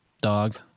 Dog